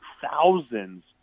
thousands